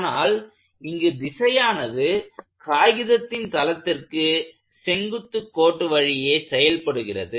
ஆனால் இங்கு திசையானது காகிதத்தின் தளத்திற்கு செங்குத்துக் கோடு வழியே செயல்படுகிறது